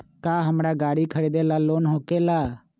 का हमरा गारी खरीदेला लोन होकेला?